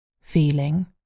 feeling